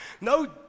no